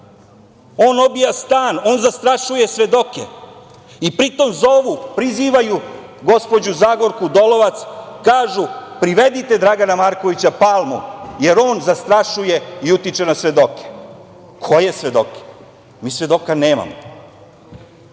on obija stan, on zastrašuje svedoke i pritom zovu, prizivaju gospođu Zagorku Dolovac. Kažu – privedite Dragana Markovića Palmu jer on zastrašuje i utiče na svedoke. Koje svedoke? Mi svedoka nemamo. Pozivam